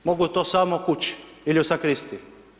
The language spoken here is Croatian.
Mogu to samo kući ili u sakristiji.